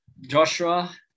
Joshua